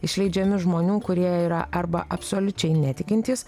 išleidžiami žmonių kurie yra arba absoliučiai netikintys